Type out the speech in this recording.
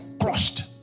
crushed